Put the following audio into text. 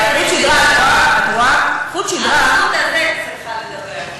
על החוט הזה את צריכה לדבר.